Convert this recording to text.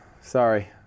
Sorry